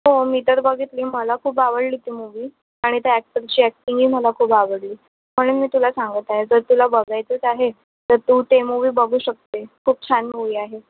हो मी तर बघितली मला खूप आवडली ती मूव्ही आणि त्या ॲक्टरची ॲक्टिंगही मला खूप आवडली म्हणून मी तुला सांगत आहे जर तुला बघायचंच आहे तर तू ते मूव्ही बघू शकते खूप छान मूव्ही आहे